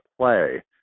play